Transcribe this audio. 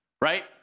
Right